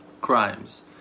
crimes